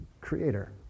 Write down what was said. Creator